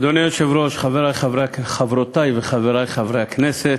אדוני היושב-ראש, חברותי וחברי חברי הכנסת,